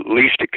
least